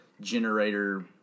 generator